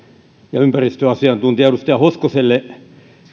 ja ympäristöasiantuntija edustaja hoskoselle